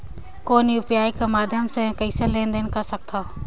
कौन यू.पी.आई कर माध्यम से कइसे लेन देन कर सकथव?